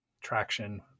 traction